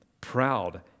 proud